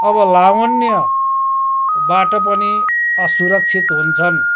अब लावन्यबाट पनि असुरक्षित हुन्छन्